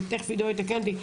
ותכף עידו יתקן אותי,